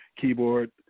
keyboard